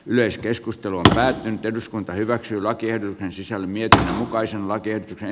yleiskeskustelu päättyy eduskunta hyväksyy laki ei sisälly mieltä mukaisen laki ei